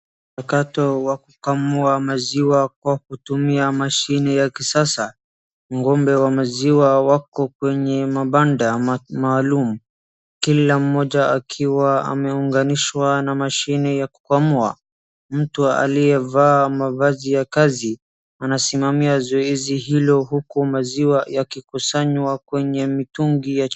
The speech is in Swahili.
Wakati wa kukamua maziwa kwa kutumia mashine ya kisasa. Ng'ombe wa maziwa wako kwenye mabanda maalum, kila mmoja akiwa ameunganishwa na mashine ya kukamua. Mtu aliyevaa mavazi ya kazi anasimamia zoezi hilo huku maziwa yakikusanywa kwenye mitungi ya.